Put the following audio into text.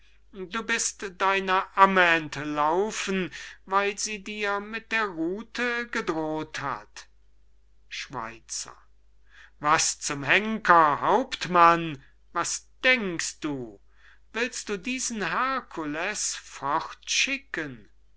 du bist deiner amme entlaufen weil sie dir mit der ruthe gedroht hat schweizer was zum henker hauptmann was denkst du willst du diesen